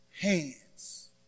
hands